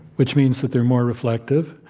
which means that they're more reflective.